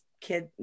kid